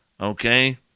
okay